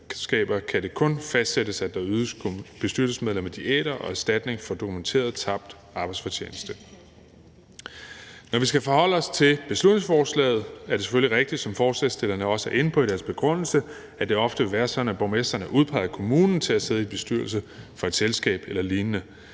kan det kun fastsættes, at der ydes bestyrelsesmedlemmer diæter og erstatning for dokumenteret tabt arbejdsfortjeneste. Når vi skal forholde os til beslutningsforslaget, er det selvfølgelig rigtigt, som forslagsstillerne også er inde på i deres begrundelse, at det ofte vil være sådan, at borgmesteren er udpeget af kommunen til at sidde i en bestyrelse for et selskab eller lignende.